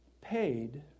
paid